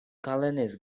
colonies